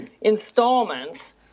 installments